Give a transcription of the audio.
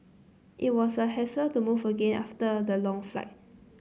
it was a hassle to move again after the long flight